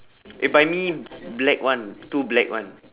eh buy me black one two black one